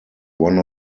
one